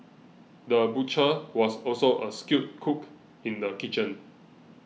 the butcher was also a skilled cook in the kitchen